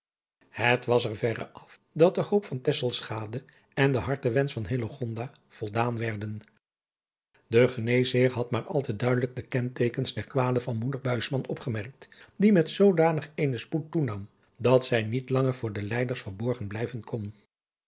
het was er verre af dat de hoop van tesselschade en de hartewensch van hillegonda voldaan werden de geneesheer had maar al te duidelijk de kenteekens der kwale van moeder buisman opgemerkt die met zoodanig eenen adriaan loosjes pzn het leven van hillegonda buisman spoed toenam dat zij niet langer voor de lijderes verborgen blijven kon